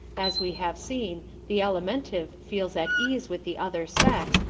as we have seen, the alimentive feels at ease with the other sex,